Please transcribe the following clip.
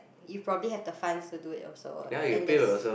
you probably have the funds to do it also and there's